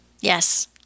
yes